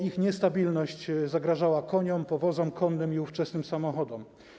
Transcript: Ich niestabilność zagrażała koniom, powozom konnym i ówczesnym samochodom.